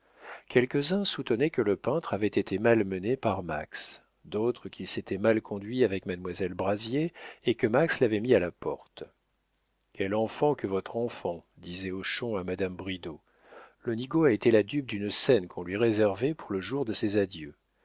quelques-uns soutenaient que le peintre avait été malmené par max d'autres qu'il s'était mal conduit avec mademoiselle brazier et que max l'avait mis à la porte quel enfant que votre enfant disait hochon à madame bridau le nigaud a été la dupe d'une scène qu'on lui réservait pour le jour de ses adieux